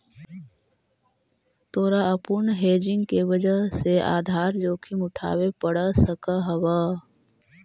तोरा अपूर्ण हेजिंग के वजह से आधार जोखिम उठावे पड़ सकऽ हवऽ